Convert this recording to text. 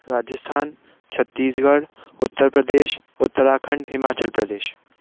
Rajasthan Chhattisgarh Uttar Pradesh Uttarakhand Himachal Pradesh